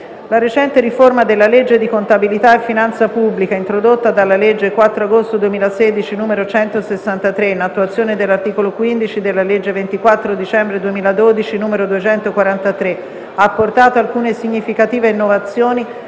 la recente riforma della legge di contabilità e finanza pubblica, introdotta dalla legge 4 agosto 2016, n. 163, in attuazione dell'articolo 15 della legge 24 dicembre 2012, n. 243, ha apportato alcune significative innovazioni